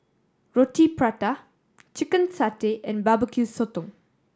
Roti Prata chicken satay and bbq sotong